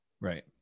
right